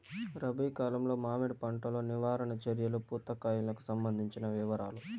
రబి కాలంలో మామిడి పంట లో నివారణ చర్యలు పూత కాయలకు సంబంధించిన వివరాలు?